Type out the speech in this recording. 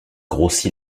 grossi